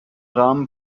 rahmen